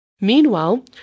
Meanwhile